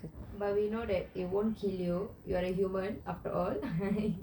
but we know that it won't kill you you are a human after all